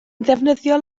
ddefnyddiol